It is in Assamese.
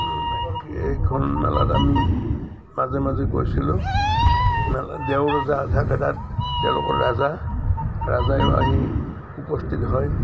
এইখন মেলাত আমি মাজে মাজে গৈছিলোঁ মেলাত দেওৰজা থাকে তাত তেওঁলোকৰ ৰজা ৰজাইও আহি উপস্থিত হয়